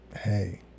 hey